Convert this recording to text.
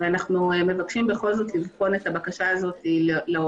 אנו מבקשים בכל זאת לבחון את הבקשה הזו לעומק.